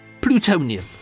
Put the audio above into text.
plutonium